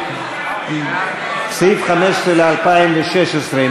סעיף 15 ל-2016.